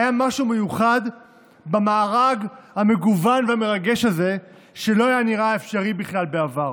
היה משהו מיוחד במארג המגוון והמרגש הזה שלא היה נראה אפשרי בכלל בעבר.